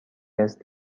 است